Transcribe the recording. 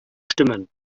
stimmen